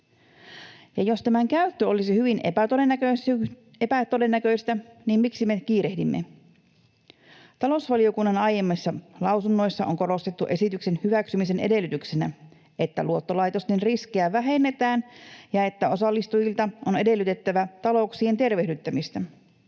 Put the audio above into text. Jos tämän käyttö olisi hyvin epätodennäköistä, niin miksi me kiirehdimme? Talousvaliokunnan aiemmissa lausunnoissa on korostettu esityksen hyväksymisen edellytyksenä, että luottolaitosten riskejä vähennetään ja että osallistujilta on edellytettävä talouksien tervehdyttämistä.